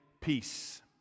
peace